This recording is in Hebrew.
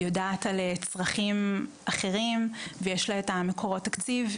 יודעת על צרכים אחרים ויש לה את מקורות התקציב,